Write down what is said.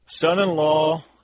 Son-in-law